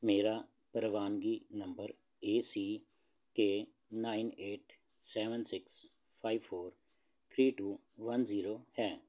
ਮੇਰਾ ਪ੍ਰਵਾਨਗੀ number A C K nine eight seven six five four three two one zero ਹੈ